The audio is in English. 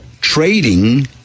trading